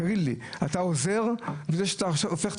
תגיד לי, אתה עוזר בכך שאתה הופך את